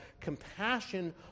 compassion